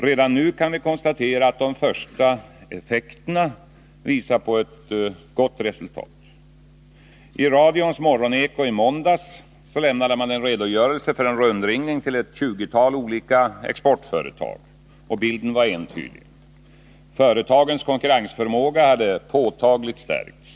Redan nu kan vi konstatera att de första effekterna visar på ett gott resultat. I radions morgoneko lämnades en redogörelse för en rundringning till ett 20-tal olika exportföretag. Bilden var entydig. Företagens konkurrensförmåga hade påtagligt stärkts.